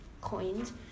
coins